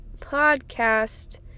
Podcast